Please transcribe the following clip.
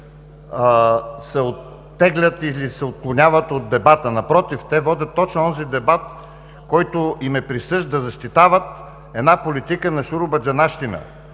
се оттеглят или се отклоняват от дебата. Напротив, те водят точно онзи дебат, който им е присъщ – да защитават една политика на шуробаджанащина